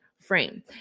frame